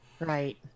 right